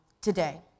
today